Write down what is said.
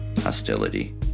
Hostility